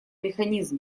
механизм